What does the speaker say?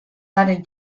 garen